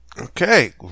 Okay